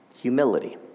Humility